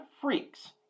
freaks